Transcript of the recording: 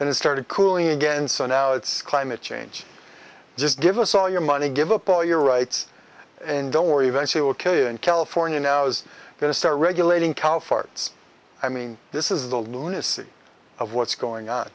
and it started cooling again so now it's climate change just give us all your money give up all your rights and don't worry eventually we'll kill you and california now is going to start regulating cow farts i mean this is the lunacy of what's going on